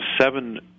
seven